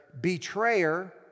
betrayer